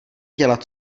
dělat